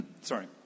sorry